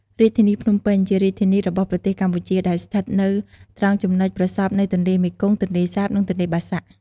រាជធានីភ្នំពេញ ជារាជធានីរបស់ប្រទេសកម្ពុជា ដែលស្ថិតនៅត្រង់ចំណុចប្រសព្វនៃទន្លេមេគង្គ ទន្លេសាប និងទន្លេបាសាក់។